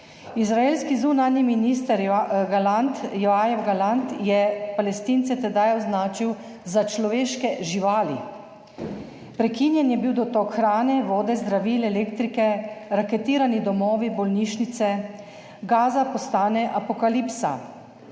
Izraelski zunanji minister Joav Gallant je Palestince tedaj označil za človeške živali. Prekinjen je bil dotok hrane, vode, zdravil, elektrike, raketirani domovi, bolnišnice. Gaza postane apokalipsa.